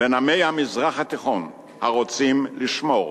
לבין עמי המזרח התיכון, הרוצים לשמור